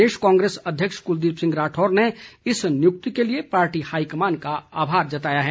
प्रदेश कांग्रेस अध्यक्ष कुलदीप राठौर ने इस नियुक्ति के लिए पार्टी हाईकमान का आभार जताया है